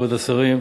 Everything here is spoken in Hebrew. כבוד השרים,